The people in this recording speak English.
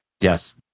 Yes